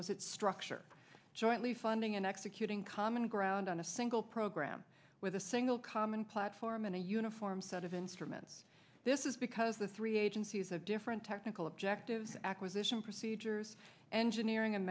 was its structure jointly funding and executing common ground on a single program with a single common platform and a uniform set of instruments this is because the three agencies have different technical objectives acquisition procedures engineering and